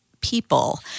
people